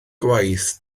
gwaith